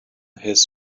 his